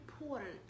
important